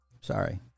sorry